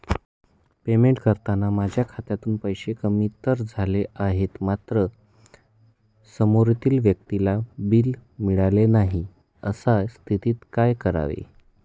Payment करताना माझ्या खात्यातून पैसे कमी तर झाले आहेत मात्र समोरील व्यक्तीला बिल मिळालेले नाही, अशा स्थितीत काय करावे?